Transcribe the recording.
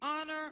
Honor